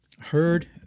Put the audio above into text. heard